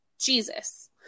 Jesus